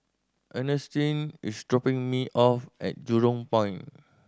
Ernestine is dropping me off at Jurong Point